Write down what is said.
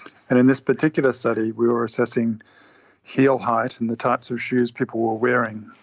and in this particular study we were assessing heel height and the types of shoes people were wearing,